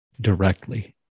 directly